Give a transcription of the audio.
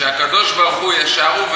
שהקדוש-ברוך-הוא ישר הוא,